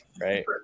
right